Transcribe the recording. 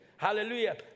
Hallelujah